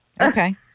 Okay